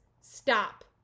Stop